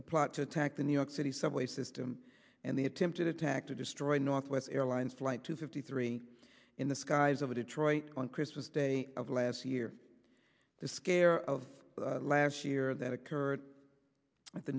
the plot to attack the new york city subway system and the attempted attack to destroy northwest airlines flight two fifty three in the skies over detroit on christmas day of last year the scare of last year that occurred at the